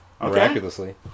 miraculously